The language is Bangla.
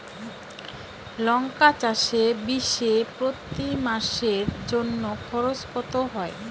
লঙ্কা চাষে বিষে প্রতি সারের জন্য খরচ কত হয়?